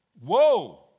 whoa